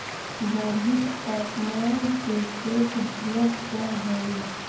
बढ़ित तापमान से खेत झुलस जा हई